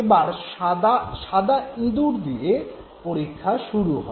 এবার সাদা ইঁদুর নিয়ে পরীক্ষা শুরু হয়